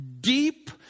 deep